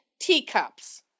teacups